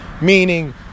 meaning